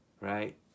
right